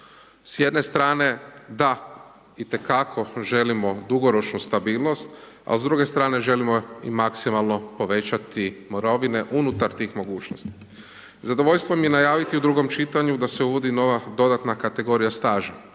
S jedne strane da, itekako želimo dugoročnu stabilnost, a s druge strane želimo i maksimalno povećati mirovine unutar tih mogućnosti. Zadovoljstvo mi je najaviti u drugom čitanju da se uvodi nova dodatna kategorija staža,